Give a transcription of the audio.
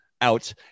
out